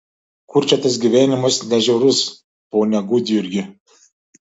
kur čia tas gyvenimas ne žiaurus pone gudjurgi